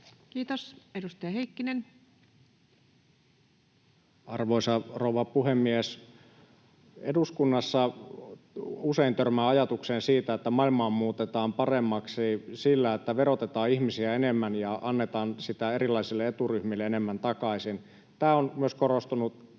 Time: 22:50 Content: Arvoisa rouva puhemies! Eduskunnassa usein törmää ajatukseen siitä, että maailmaa muutetaan paremmaksi sillä, että verotetaan ihmisiä enemmän ja annetaan erilaisille eturyhmille enemmän takaisin. Tämä on myös korostunut